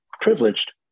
privileged